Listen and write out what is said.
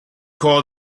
call